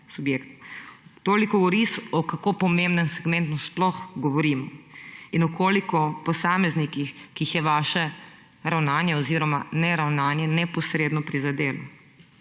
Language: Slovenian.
Toliko v oris, o kako pomembnem segmentu sploh govorimo in o koliko posameznikih, ki jih je vaše ravnanje oziroma neravnanje neposredno prizadelo.